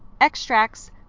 extracts